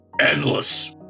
Endless